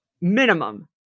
minimum